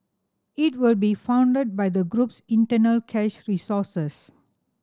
it will be funded by the group's internal cash resources